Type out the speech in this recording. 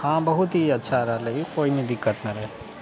हँ बहुत ही अच्छा रहले है कोइ भी दिक्कत न है